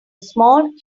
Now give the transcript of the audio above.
small